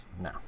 no